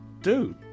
dude